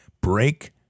Break